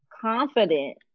confident